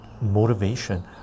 motivation